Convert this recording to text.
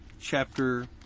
chapter